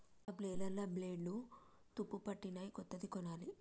ఆ బేలర్ల బ్లేడ్లు తుప్పుపట్టినయ్, కొత్తది కొనాలి